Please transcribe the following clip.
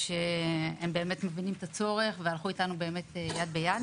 שהם באמת מבינים את הצורך והלכו איתנו יד ביד,